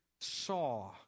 saw